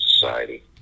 society